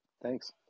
Thanks